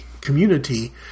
community